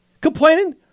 complaining